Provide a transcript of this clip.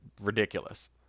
ridiculous